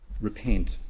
repent